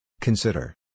Consider